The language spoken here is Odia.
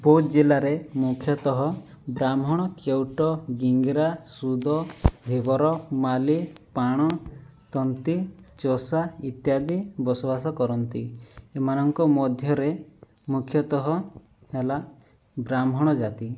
ବୌଦ୍ଧ ଜିଲ୍ଲାରେ ମୁଖ୍ୟତଃ ବ୍ରାହ୍ମଣ କେଉଟ ଗିଙ୍ଗ୍ରା ଶୂଦ୍ର ଧୀବର ମାଳି ପାଣ ତନ୍ତୀ ଚଷା ଇତ୍ୟାଦି ବସବାସ କରନ୍ତି ଏମାନଙ୍କ ମଧ୍ୟରେ ମୁଖ୍ୟତଃ ହେଲା ବ୍ରାହ୍ମଣ ଜାତି